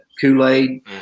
Kool-Aid